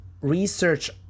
research